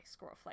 Squirrelflight